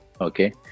Okay